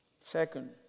Second